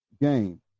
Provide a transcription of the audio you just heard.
game